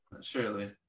Surely